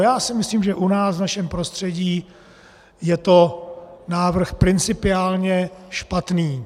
Já si myslím, že u nás, v našem prostředí, je to návrh principiálně špatný.